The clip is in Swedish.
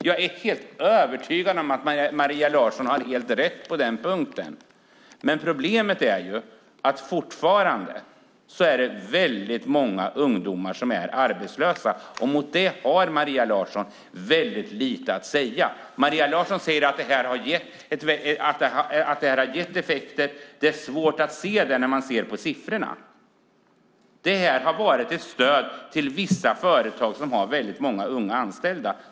Jag är helt övertygad om att Maria Larsson har helt rätt på den punkten. Problemet är ju att väldigt många ungdomar fortfarande är arbetslösa. Mot det har Maria Larsson väldigt lite att säga. Maria Larsson säger att den här insatsen har gett effekter. Det är svårt att se det när man tittar på siffrorna. Det har varit ett stöd till vissa företag som har väldigt många unga anställda.